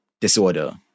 disorder